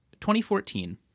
2014